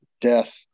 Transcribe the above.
death